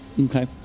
Okay